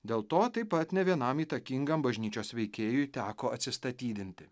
dėl to taip pat ne vienam įtakingam bažnyčios veikėjui teko atsistatydinti